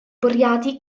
bwriadu